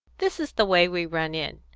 this is the way we run in,